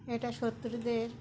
এটা শত্রুদের